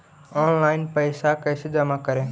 Online पैसा कैसे जमा करे?